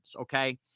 Okay